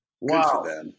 Wow